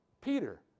Peter